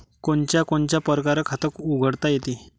कोनच्या कोनच्या परकारं खात उघडता येते?